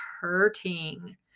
hurting